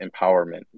empowerment